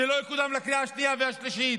זה לא יקודם לקריאה השנייה והשלישית.